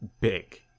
big